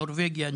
נורבגיה,